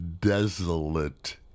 desolate